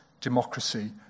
democracy